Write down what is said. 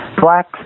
Blacks